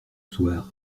soir